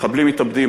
מחבלים מתאבדים,